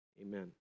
Amen